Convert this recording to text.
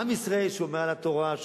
עם ישראל שומר על התורה,